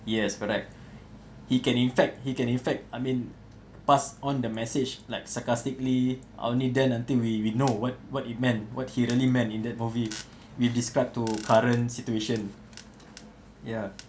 yes correct he can in fact he can in fact I mean pass on the message like sarcastically only then until we we know what what it meant what he really meant in that movie we describe to current situation ya